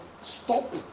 Stop